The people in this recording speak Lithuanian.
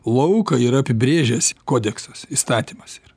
lauką yra apibrėžęs kodeksas įstatymas ir